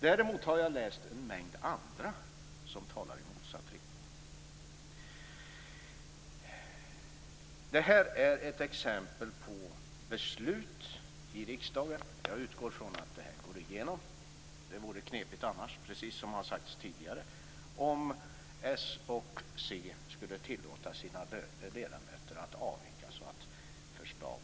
Däremot har jag läst en mängd andra skäl som talar i motsatt riktning. Jag utgår från att förslaget går igenom. Det vore knepigt, precis som har sagts tidigare, om Socialdemokraterna och Centern skulle tillåta sina ledamöter att avvika så att förslaget inte skulle gå igenom i dag.